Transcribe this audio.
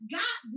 got